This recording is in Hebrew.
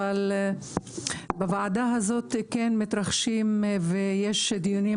אבל בוועדה הזאת כן מתרחשים ויש דיונים